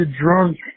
drunk